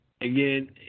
again